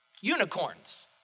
Unicorns